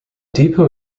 depot